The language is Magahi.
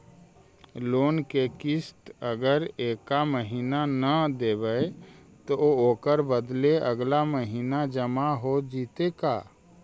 लोन के किस्त अगर एका महिना न देबै त ओकर बदले अगला महिना जमा हो जितै का?